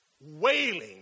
wailing